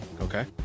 Okay